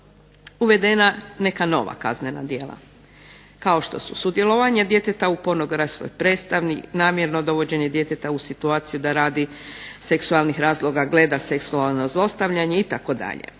uvedena neka nova kaznena djela kao što su sudjelovanje djeteta u pornografskoj predstavi, namjerno dovođenje djeteta u situaciju da radi seksualnog razloga gleda seksualno zlostavljanje itd.